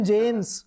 James